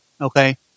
Okay